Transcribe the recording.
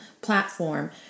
platform